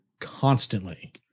constantly